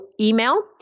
email